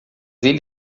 ele